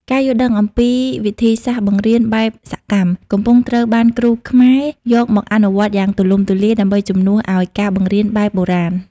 ការយល់ដឹងអំពីវិធីសាស្ត្របង្រៀនបែបសកម្ម កំពុងត្រូវបានគ្រូខ្មែរយកមកអនុវត្តយ៉ាងទូលំទូលាយដើម្បីជំនួសឱ្យការបង្រៀនបែបបុរាណ។